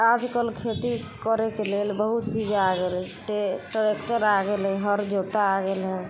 आजकल खेती करैके लेल बहुत चीज आ गेलै ट्रैक्टर आ गेलैया हर जोता आ गेलैया